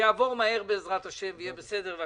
ויהיה בסדר.